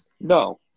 No